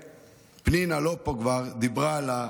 ופנינה כבר לא פה, דיברה על,